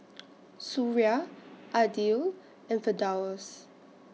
Suria Aidil and Firdaus